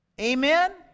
Amen